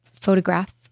photograph